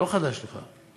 לא חדש לך.